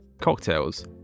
cocktails